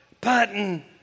button